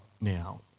now